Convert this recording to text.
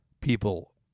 people